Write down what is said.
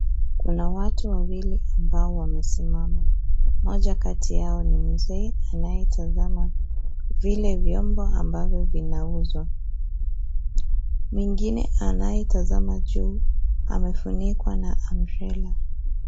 Kuna watu wawili ambao wamesimama. Mmoja kati yao ni mzee anayetazama vile vyombo ambavyo vinauzwa. Mwingine anayetazama juu amefunkiwa na umbrella .